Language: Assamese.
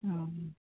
অঁ